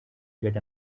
get